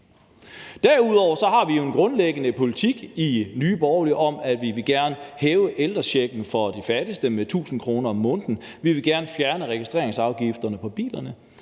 Derudover har vi jo en grundlæggende politik i Nye Borgerlige om, at vi gerne vil hæve ældrechecken for de fattigste med 1.000 kr. om måneden. Vi vil gerne fjerne registreringsafgifterne på bilerne.